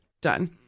Done